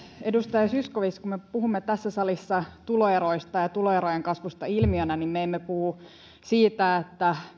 edustaja zyskowicz kun me puhumme tässä salissa tuloeroista ja ja tuloerojen kasvusta ilmiönä niin me emme puhu siitä